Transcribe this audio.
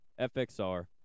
FXR